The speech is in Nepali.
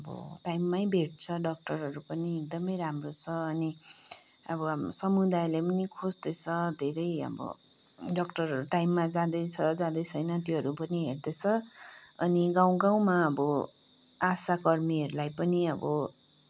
अब टाइममै भेट्छ डक्टरहरू पनि एकदमै राम्रो छ अनि अब हाम्रो समुदायले पनि खोज्दैछ धेरै अब डक्टरहरू टाइममा जाँदैछ जाँदैछैन त्योहरू पनि हेर्दैछ अनि गाँउ गाँउमा अब आशा कर्मीहरूलाई पनि अब